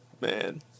man